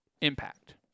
impact